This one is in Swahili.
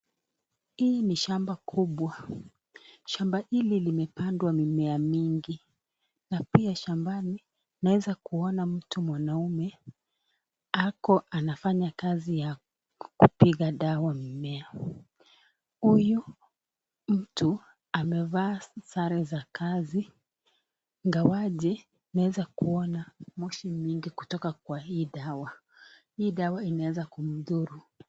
Hili ni shamba kubwa, shamba hili limepandwa mimea mingi na pia shambani naeza kuona mtu mwanaume ako anafanya kazi ya kupiga dawa mimea. Huyu mtu amevaa sare za kazi ingawaje naweza kuona moshi mingi kutoka kwa hii dawa, hii dawa inaweza kumdhuru.